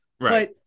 Right